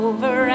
Over